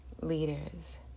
leaders